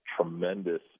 tremendous